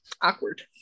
awkward